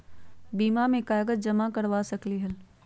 बीमा में कागज जमाकर करवा सकलीहल?